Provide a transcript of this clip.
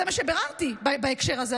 זה מה שביררתי בהקשר הזה,